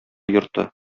йорты